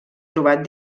trobat